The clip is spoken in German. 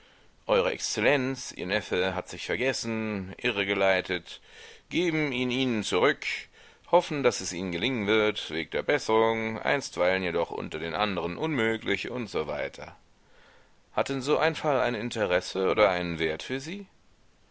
eure exzellenz ihr neffe hat sich vergessen irregeleitet geben ihn ihnen zurück hoffen daß es ihnen gelingen wird weg der besserung einstweilen jedoch unter den anderen unmöglich usw hat denn so ein fall ein interesse oder einen wert für sie